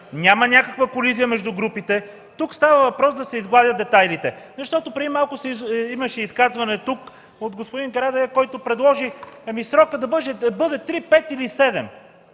няма някаква колизия между групите. Тук става въпрос да се изгладят детайлите. Преди малко имаше изказване от господин Карадайъ, който предложи срокът да бъде 3-5 или 7.